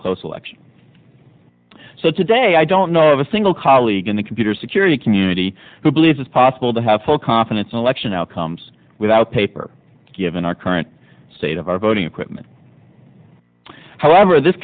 a close election so today i don't know of a single colleague in the computer security community who believes it's possible to have full confidence in election outcomes without paper given our current state of our voting equipment however this